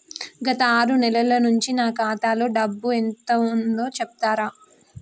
గత ఆరు నెలల నుంచి నా ఖాతా లో ఎంత డబ్బు ఉందో చెప్తరా?